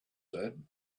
said